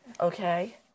Okay